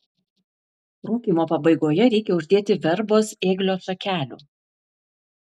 rūkymo pabaigoje reikia uždėti verbos ėglio šakelių